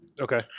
okay